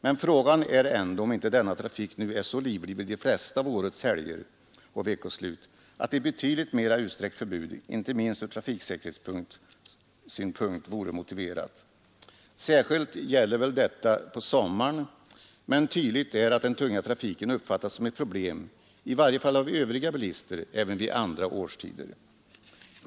Men frågan är ändå om inte denna trafik nu är så livlig vid de flesta av årets helger och veckoslut att ett betydligt mera utsträckt förbud, inte minst ur trafiksäkerhetssynpunkt, vore motiverat. Särskilt gäller väl detta på sommaren, men tydligt är att den tunga trafiken uppfattas som ett problem, i varje fall av övriga bilister, även under andra årstider.